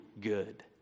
good